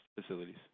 facilities